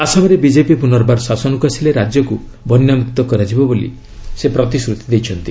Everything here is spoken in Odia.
ଆସାମରେ ବିଜେପି ପୁନର୍ବାର ଶାସନକୁ ଆସିଲେ ରାଜ୍ୟକୁ ବନ୍ୟାମୁକ୍ତ କରାଯିବ ବୋଲି ସେ ପ୍ରତିଶ୍ରତି ଦେଇଛନ୍ତି